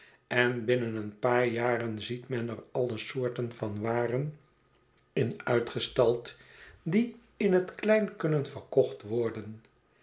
en binnen een paar jaren ziet men er alle soorten van waren in uitgestald die in het klein kunnen verkocht worden